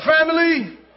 family